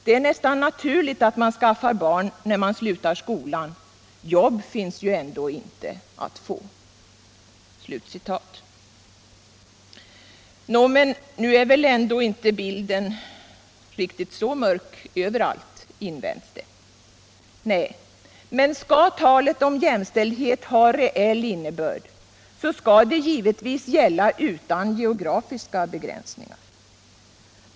Det är nästan naturligt att man skaffar barn när man slutar skolan. Jobb finns ju ändå inte att få.” Nå, nu är väl inte bilden likadan överallt, invänds det. Nej, men skall talet om jämställdhet ha en reell innebörd, skall det givetvis gälla utan geografiska begränsningar.